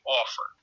offer